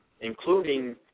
including